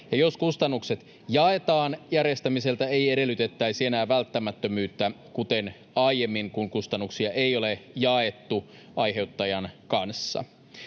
jos kustannukset jaetaan, järjestämiseltä ei edellytettäisi enää välttämättömyyttä kuten aiemmin, kun kustannuksia ei ole jaettu aiheuttajan kanssa.